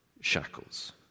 shackles